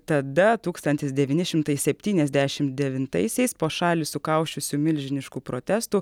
tada tūkstantis devyni šimtai septyniasdešimt devintaisiais po šalį sukausčiusių milžiniškų protestų